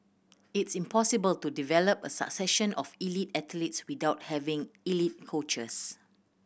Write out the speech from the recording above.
it's impossible to develop a succession of elite athletes without having elite coaches